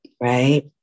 right